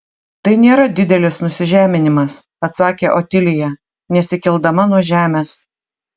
tai nėra didelis nusižeminimas atsakė otilija nesikeldama nuo žemės